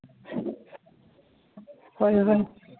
ꯍꯣꯏ ꯍꯣꯏ